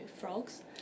frogs